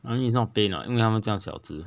I mean it's not pain what 因为他们这样小只